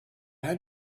had